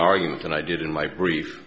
argument and i did in my brief